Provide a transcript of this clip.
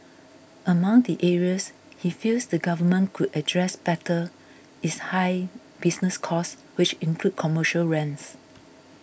among the areas he feels the government could address better is high business costs which include commercial rents